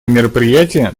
мероприятие